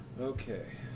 Okay